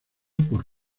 por